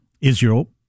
Israel